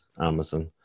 Amazon